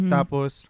Tapos